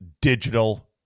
digital